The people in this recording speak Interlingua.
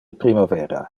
primavera